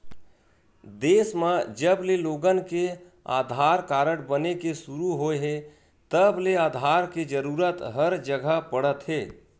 देस म जबले लोगन के आधार कारड बने के सुरू होए हे तब ले आधार के जरूरत हर जघा पड़त हे